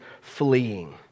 fleeing